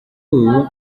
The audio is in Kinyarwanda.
ubu